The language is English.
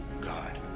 god